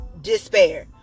despair